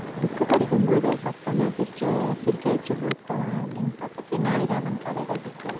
book படிக்கும் போது சத்தமாக சிரிச்சு சிரிக்கவச்ச புத்தகம் அப்படினு பார்த்தா தென்னாலி ராமன் கதைகள் புக்